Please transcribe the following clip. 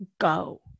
go